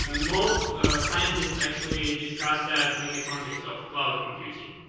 um most scientists actually discussed that in the context of cloud computing.